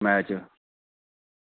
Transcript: match